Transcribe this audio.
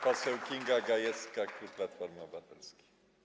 Poseł Kinga Gajewska, klub Platforma Obywatelska.